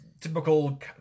typical